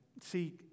see